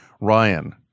Ryan